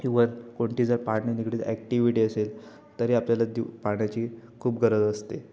किंवा कोणती जर पाण्याकडं ॲक्टिव्हिटी असेल तरी आपल्याला दिव पाण्याची खूप गरज असते